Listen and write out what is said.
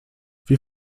wie